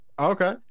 Okay